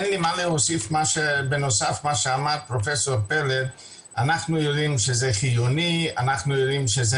אם אנחנו מסתכלים ממה שאנחנו יודעים היום כ80%